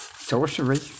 sorcery